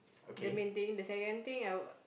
the main thing the second thing I'll